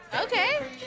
Okay